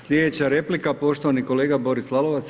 Sljedeća replika poštovani kolega Boris Lalovac.